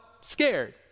scared